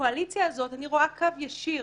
ובקואליציה הזאת אני רואה קו ישיר